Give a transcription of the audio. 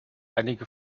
einige